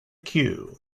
queue